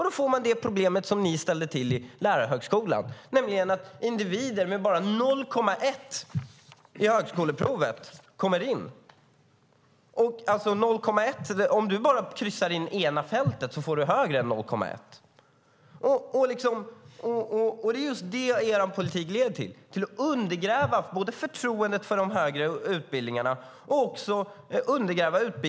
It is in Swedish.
Då får man det problem som ni ställde till med i lärarhögskolan, nämligen att det kommer in individer som fått bara 0,1 på högskoleprovet. Om du bara kryssar i det ena fältet får du högre än 0,1; på den nivån är det resultatet. Det är detta er politik leder till. Den undergräver både förtroendet för de högre utbildningarna och kvaliteten på dem.